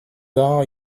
are